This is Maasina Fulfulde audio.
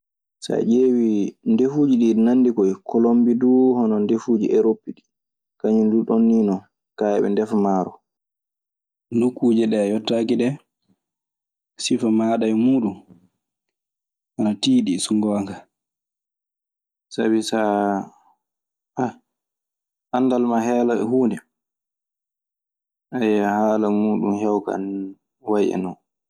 So a ƴeewii ndefuuji ɗii eɗi nanndi koy. Kolombi duu, hono ndeduuji erop ɗii. Kañun duu ɗoon nii non. Kaa, eɓe ndefa maaro. Nokkuuje ɗe a yettaaki ɗee sifa maaɗa e muuɗun ana tiiɗi, so ngoonga. Sabi saa, ah, anndal ma heewa e huunde, aywa haala muuɗun hewka ana way e non.